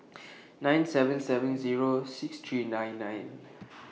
nine seven seven Zero six three nine nine